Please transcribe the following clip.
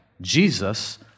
Jesus